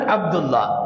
Abdullah